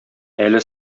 әле